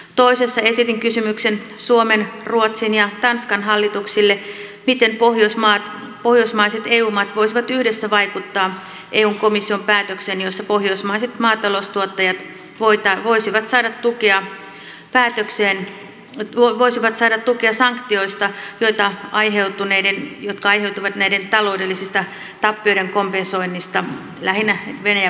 toisessa esitin kysymyksen suomen ruotsin ja tanskan hallituksille miten pohjoismaiset eu maat voisivat yhdessä vaikuttaa eun komission päätökseen jossa pohjoismaiset maataloustuottajat voisivat saada tukea sanktioista aiheutuneiden taloudellisten tappioiden kompensointiin lähinnä venäjä pakotteiden osalta